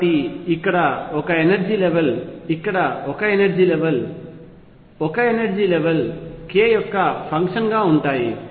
కాబట్టి ఇక్కడ ఒక ఎనర్జీ లెవెల్ ఇక్కడఒక ఎనర్జీ లెవెల్ ఒక ఎనర్జీ లెవెల్ k యొక్క ఫంక్షన్ గా ఉంటాయి